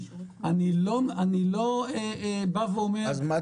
אני לא אומר שהצעות המחיר --- אז מה